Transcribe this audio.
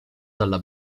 dalla